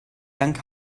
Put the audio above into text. dank